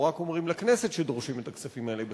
רק אומרים לכנסת שדורשים את הכספים האלה בחזרה.